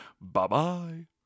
Bye-bye